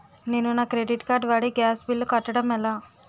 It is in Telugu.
నేను నా క్రెడిట్ కార్డ్ వాడి గ్యాస్ బిల్లు కట్టడం ఎలా?